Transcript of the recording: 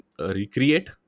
recreate